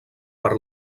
per